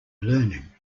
learning